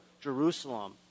Jerusalem